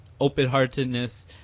open-heartedness